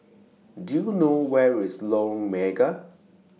Do YOU know Where IS Lorong Mega